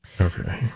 Okay